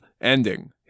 ending